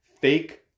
Fake